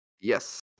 Yes